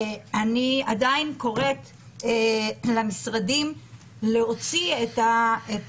אני עדיין קוראת למשרדים להוציא את